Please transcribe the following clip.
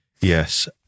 Yes